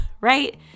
right